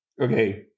Okay